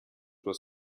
sua